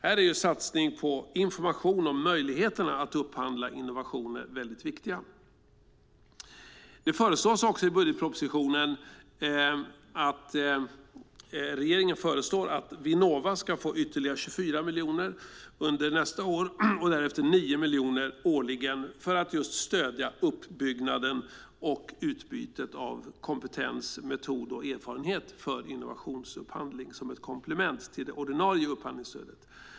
Här är satsning på information om möjligheterna att upphandla innovationer väldigt viktiga. Regeringen föreslår också i budgetpropositionen att Vinnova ska få ytterligare 24 miljoner under nästa år och därefter 9 miljoner årligen för att just stödja uppbyggnaden och utbytet av kompetens, metod och erfarenhet för innovationsupphandling som ett komplement till det ordinarie upphandlingsstödet.